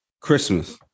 Christmas